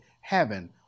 Heaven